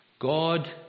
god